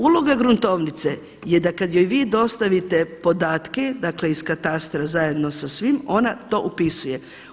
Uloga gruntovnice je da kada joj vi dostavite podatke, dakle iz katastra zajedno sa svim ona to upisuje.